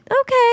okay